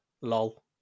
lol